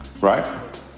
Right